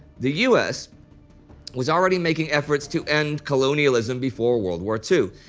the us was already making efforts to end colonialism before world war two.